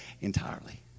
Entirely